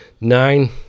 Nine